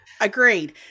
agreed